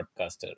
podcaster